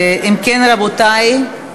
אם כן, רבותי,